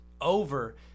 over